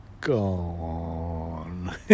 gone